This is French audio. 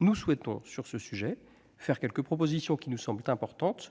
Nous souhaitons sur ce sujet faire quelques propositions qui nous semblent importantes